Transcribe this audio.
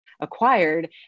acquired